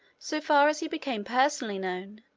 so far as he became personally known,